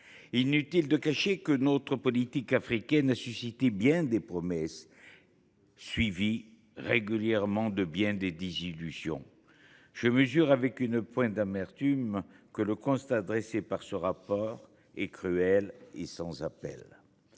Inutile de cacher que notre politique africaine a suscité bien des promesses, régulièrement suivies de bien des désillusions. Je mesure avec une pointe d’amertume que le constat dressé par ce rapport est cruel et sans appel.